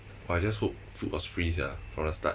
!wah! I just hope food was free sia from the start